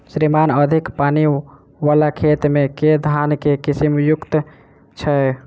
श्रीमान अधिक पानि वला खेत मे केँ धान केँ किसिम उपयुक्त छैय?